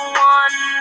one